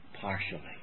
partially